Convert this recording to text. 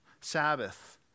Sabbath